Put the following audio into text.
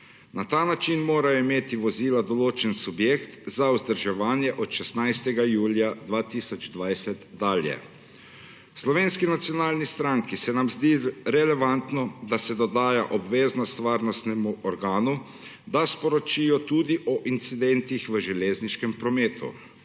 Na ta način morajo imeti vozila določen subjekt za vzdrževanje od 16. julija 2020 dalje. V Slovenski nacionalni stranki se nam zdi relevantno, da se dodaja obveznost varnostnemu organu, da sporočijo tudi o incidentih v železniškem prometu.